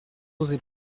oser